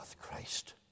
Christ